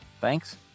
Thanks